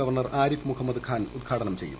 governor Arif Mohammed Khan ഉദ്ഘാടനം ചെയ്യും